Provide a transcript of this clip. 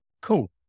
Cool